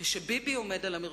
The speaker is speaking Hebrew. כשביבי עומד על המרפסת,